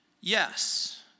Yes